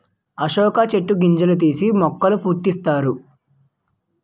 అశోక చెట్టు గింజలు తీసి మొక్కల పుట్టిస్తారు